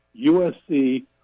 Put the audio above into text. USC